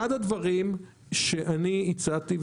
אחד הדברים שאני הצעתי,